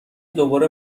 دوباره